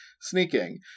sneaking